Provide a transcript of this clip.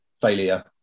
failure